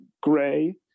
gray